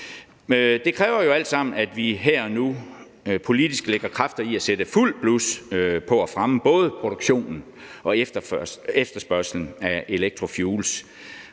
Det kræver jo alt sammen, at vi her og nu politisk lægger kræfter i at sætte fuldt blus på at fremme både produktionen og efterspørgslen af electrofuels.